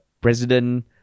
president